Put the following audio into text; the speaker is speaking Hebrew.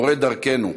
מורה דרכנו,